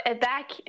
back